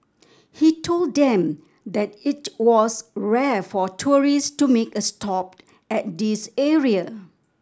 he told them that it was rare for tourists to make a stop at this area